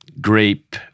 grape